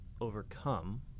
overcome